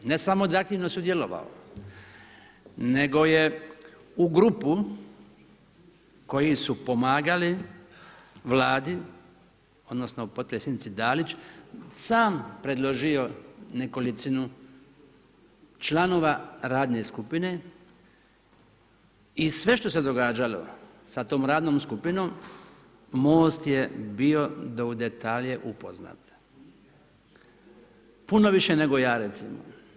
Ne samo da je aktivno sudjelovao nego je u grupu, koji su pomagali Vladi, odnosno, potpredsjednici Dalić, sam predložio nekolicinu članova radne skupine i sve što se događalo sa tom radnom skupinom, Most je bio u detalje upoznat, puno više nego ja recimo.